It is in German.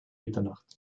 mitternacht